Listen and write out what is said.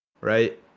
Right